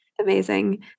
Amazing